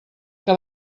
que